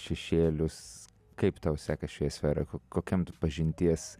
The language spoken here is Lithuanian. šešėlius kaip tau sekas šioje sferoj ko kokiam tu pažinties